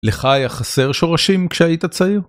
לך היה חסר שורשים כשהיית צעיר.